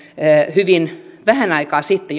hyvin vähän aikaa sitten